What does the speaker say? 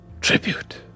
tribute